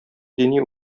дини